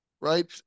Right